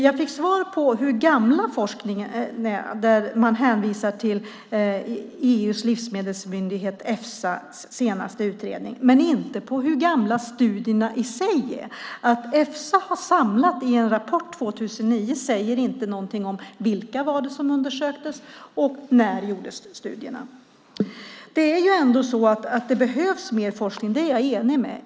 Jag fick svar på hur gammal forskningen är, där man hänvisar till EU:s livsmedelsmyndighet Efsas senaste utredning, men inte på hur gamla studierna i sig är. Att Efsa har samlat det i en rapport år 2009 säger inte någonting om vilka det var som undersöktes och när studierna gjordes. Jag håller med om att det behövs mer forskning.